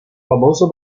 famoso